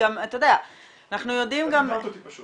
אתה יודע --- את קטעת אותי פשוט.